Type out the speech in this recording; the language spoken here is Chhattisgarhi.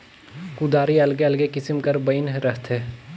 कुदारी अलगे अलगे किसिम कर बइन रहथे